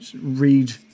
read